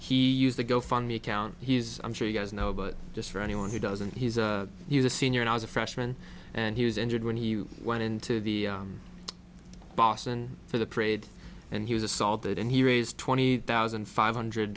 he used the go fund me account he's i'm sure you guys know but just for anyone who doesn't he's a he's a senior and i was a freshman and he was injured when he went into the boston for the parade and he was assaulted and he raised twenty thousand five hundred